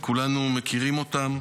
וכולנו מכירים אותם,